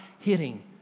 Hitting